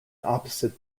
opposite